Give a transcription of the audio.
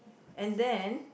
and then